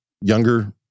younger